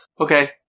Okay